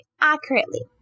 accurately